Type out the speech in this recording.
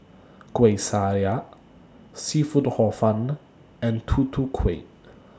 Kueh Syara Seafood Hor Fun and Tutu Kueh